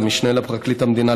למשנה לפרקליט המדינה,